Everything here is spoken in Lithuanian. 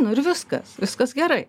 nu ir viskas viskas gerai